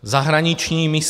Zahraniční mise.